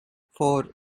four